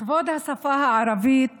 לכבוד השפה הערבית